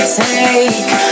take